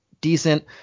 decent –